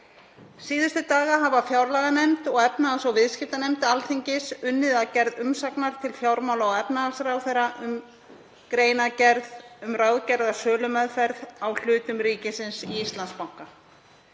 Síðustu daga hafa fjárlaganefnd og efnahags- og viðskiptanefnd Alþingis unnið að gerð umsagna til fjármála- og efnahagsráðherra um greinargerð um ráðgerða sölumeðferð á hlutum ríkisins í Íslandsbanka.